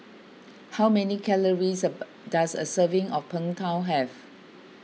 how many calories does a serving of Png Tao have